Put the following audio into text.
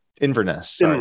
Inverness